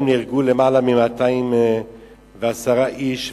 שנהרגו בהן יותר מ-210 איש,